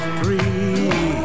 free